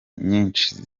nyinshi